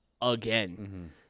again